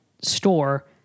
store